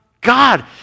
God